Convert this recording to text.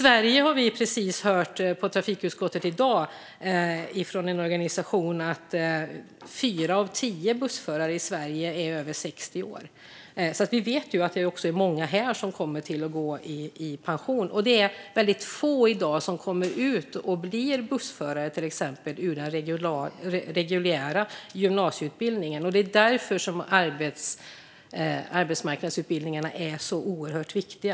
Vi har i dag i trafikutskottet hört från en organisation att fyra av tio bussförare i Sverige är över 60 år, så vi vet att det är många som kommer att gå i pension. Det är väldigt få i dag som blir bussförare efter reguljär gymnasieutbildning. Det är därför som arbetsmarknadsutbildningarna är så oerhört viktiga.